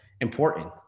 important